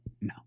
No